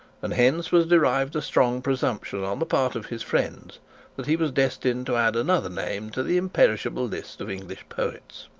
and hence was derived a strong presumption on the part of his friends that he was destined to add another name to the imperishable list of english poets.